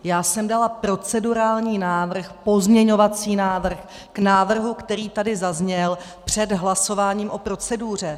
Já jsem dala procedurální návrh, pozměňovací návrh k návrhu, který tady zazněl, před hlasováním o proceduře.